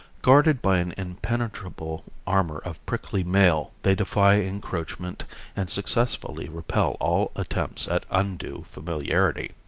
guarded by an impenetrable armor of prickly mail they defy encroachment and successfully repel all attempts at undue familiarity.